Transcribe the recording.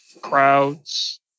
crowds